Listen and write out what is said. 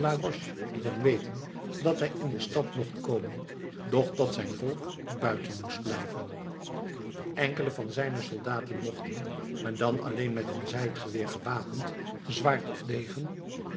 liet hem weten dat hij in de stad mocht komen doch dat zijn volk buiten moest blijven enkelen van zijne soldaten mochten maar dan alleen met hun zijdgeweer zwaard of degen